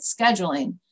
scheduling